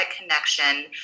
connection